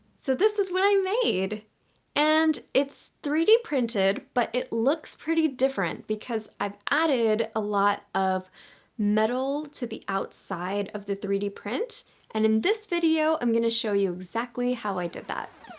so this is what i made and it's three d printed but it looks pretty different because i've added a lot of metal to the outside of the three d print and in this video, i'm going to show you exactly how i did that.